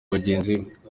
bagenzi